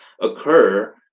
occur